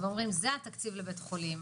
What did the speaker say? ואומרים שזה התקציב לבית החולים,